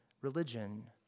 religion